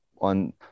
on